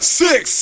six